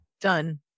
Done